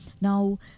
Now